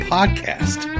Podcast